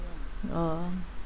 oh